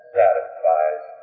satisfies